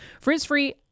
Frizz-free